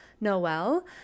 Noel